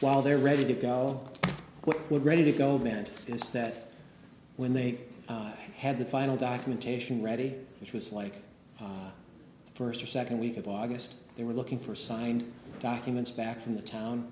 while they're ready to go what would ready to go meant is that when they had the final documentation ready which was like the first or second week of august they were looking for signed documents back from the town